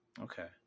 Okay